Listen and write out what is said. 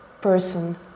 person